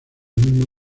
mismo